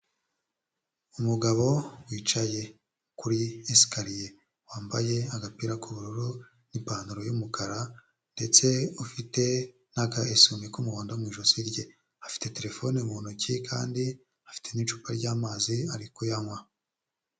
Umugabo wicaye kuri esikariye wambaye agapira k'ubururu n'ipantaro y'umukara; ndetse ufite n'aka esuwime k'umuhondo mu ijosi rye; afite terefone mu ntoki kandi afite n'icupa ry'amazi ari kuyanywa.